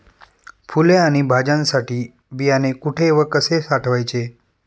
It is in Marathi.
फुले आणि भाज्यांसाठी बियाणे कुठे व कसे साठवायचे?